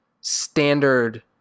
standard